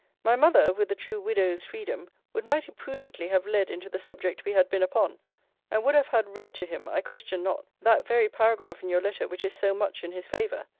my mother, with the true widow's freedom, would mighty prudently have led into the subject we had been upon and would have had read to him, i question not, that very paragraph in your letter which is so much in his favour.